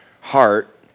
heart